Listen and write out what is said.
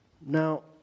Now